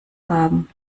haben